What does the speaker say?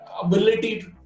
ability